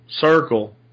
circle